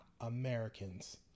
Americans